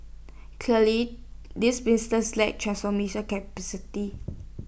these businesses lack transformation capacity